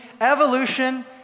evolution